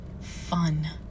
fun